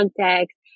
context